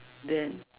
then